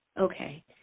okay